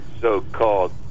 so-called